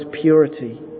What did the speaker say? purity